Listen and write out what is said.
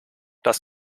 das